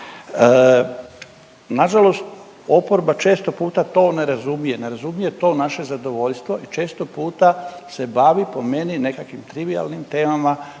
Na žalost oporba često puta to ne razumije, ne razumije to naše zadovoljstvo i često puta se bavi po meni nekakvim trivijalnim temama